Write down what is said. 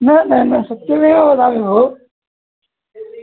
न न न सत्यमेव वदामि भोः